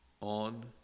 on